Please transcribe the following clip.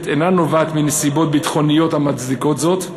אינה נובעת מנסיבות ביטחוניות המצדיקות זאת,